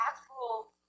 actual